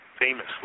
famously